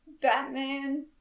Batman